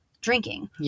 drinking